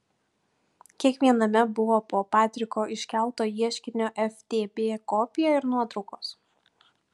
kiekviename buvo po patriko iškelto ieškinio ftb kopiją ir nuotraukos